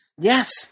Yes